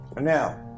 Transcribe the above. Now